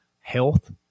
health